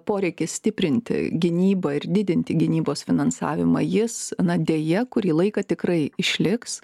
poreikis stiprinti gynybą ir didinti gynybos finansavimą jis na deja kurį laiką tikrai išliks